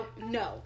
no